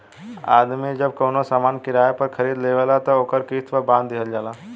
आदमी जब कवनो सामान किराया पर खरीद लेवेला त ओकर किस्त पर बांध दिहल जाला